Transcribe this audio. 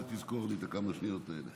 תזכור לי את השניות האלה.